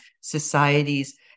societies